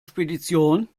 spedition